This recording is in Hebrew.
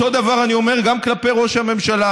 אותו דבר אני אומר גם כלפי ראש הממשלה.